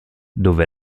dove